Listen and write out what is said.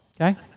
okay